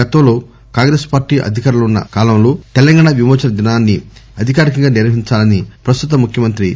గతంలో కాంగ్రెస్ పార్టీ అధికారంలో వున్న కాలంలో తెలంగాణ విమోచన దీనాన్ని అధికారికంగా నిర్వహించాలని ప్రస్తుత ముఖ్యమంత్రి కె